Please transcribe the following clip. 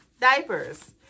Diapers